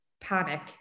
panic